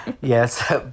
Yes